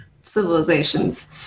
civilizations